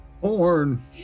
Horn